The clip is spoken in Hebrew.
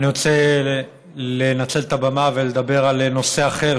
אני רוצה לנצל את הבמה ולדבר על נושא אחר,